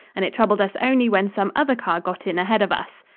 and it troubled us only when some other car got in ahead of us.